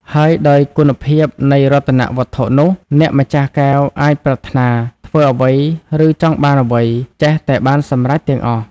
ហើយដោយគុណភាពនៃរតនវត្ថុនោះ អ្នកម្ចាស់កែវអាចប្រាថ្នាធ្វើអ្វីឬចង់បានអ្វី ចេះតែបានសម្រេចទាំងអស់។